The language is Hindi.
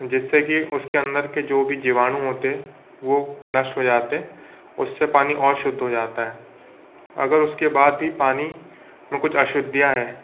जिससे की उसके अंदर के जो भी जीवाणु होते वो नष्ट हो जाते उससे पानी और शुद्ध हो जाता है अगर उसके बाद भी पानी में कुछ अशुद्धियाँ है